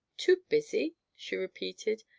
too busy? she repeated,